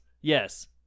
Yes